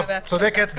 צודקת.